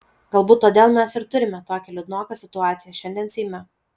galbūt todėl mes ir turime tokią liūdnoką situaciją šiandien seime